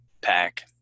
pack